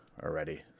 already